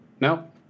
No